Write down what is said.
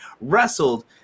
wrestled